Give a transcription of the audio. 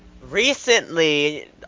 Recently